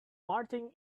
marching